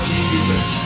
Jesus